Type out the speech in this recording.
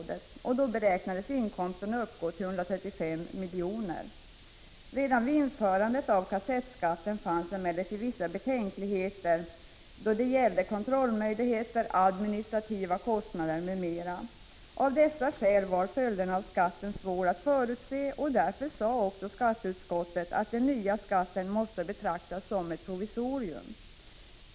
1982 beräknades inkomsterna uppgå till 135 miljoner. Redan vid införandet av kassettskatten fanns emellertid vissa betänkligheter då det gällde kontrollmöjligheter, administrativa kostnader m.m. Av dessa skäl var följderna av skatten svåra att förutse. Därför sade också skatteutskottet att den nya skatten måste betraktas som ett provisorium.